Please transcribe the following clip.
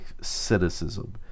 cynicism